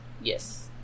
Yes